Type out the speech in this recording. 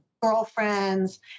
girlfriends